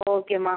ஓகேம்மா